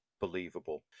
believable